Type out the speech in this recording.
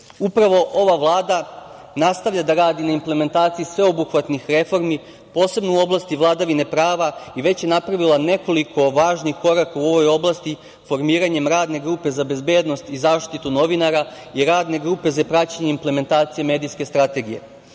ova Vlada nastavlja da radi na implementaciji sveobuhvatnih reformi, posebno u oblasti vladavine prava i već je napravila nekoliko važnih koraka u ovoj oblasti formiranjem Radne grupe za bezbednost i zaštitu novinara i Radne grupe za praćenje implementacije medijske strategije. Takođe,